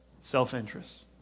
self-interest